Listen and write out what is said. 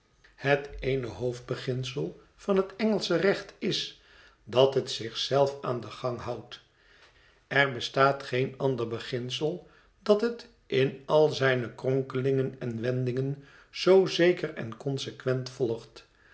het ééne hoofdbeginsel van het engelsche recht is dat het zich zelf aan den gang houdt er bestaat geen ander beginsel dat het in al zijne kronkelingen en wendingen zoo zeker en consequent volgt